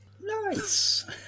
Nice